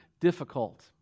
difficult